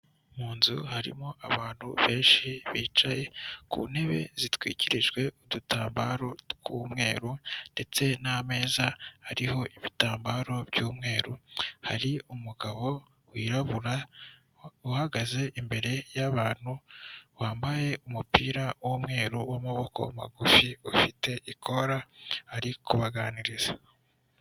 Mu nzu harimo abantu benshi bicaye ku ntebe zitwikirijwe udutambaro tw'umweru ndetse n'ameza arihoho ibitambaro by'umweru, hari umugabo wirabura uhagaze imbere y'abantu wambaye umupira w'umweru w'amaboko magufi ufite ikora ari kubaganiriza.